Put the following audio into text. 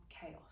chaos